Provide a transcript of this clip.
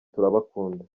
turabakunda